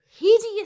hideous